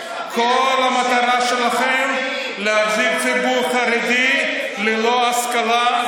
כל המטרה שלכם זה להחזיק את הציבור החרדי ללא השכלה,